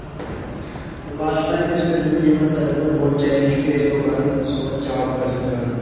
last time یُس مےٚ زنٛدگی منٛز ساروٕے کھۄتہٕ بوٚڈ چیلینج فیس پیٚو کرُن سُہ اوس جاب حٲصِل کَرُن